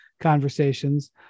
conversations